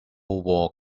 wall